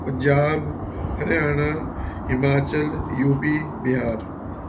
Punjab Haryana Himachal UP Bihar